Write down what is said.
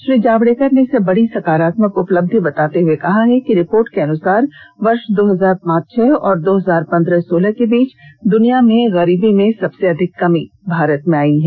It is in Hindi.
श्री जावड़ेकर ने इसे बड़ी सकारात्मक उपलब्धि बताते हुए कहा है कि रिपोर्ट के अनुसार वर्ष दो हजार पांच छह और दो हजार पंद्रह सोलह के बीच दुनिया में गरीबी में सबसे अधिक कमी भारत में ही आयी है